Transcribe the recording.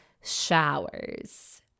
showers